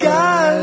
God